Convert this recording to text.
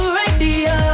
radio